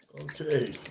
Okay